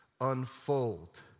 unfold